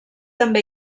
també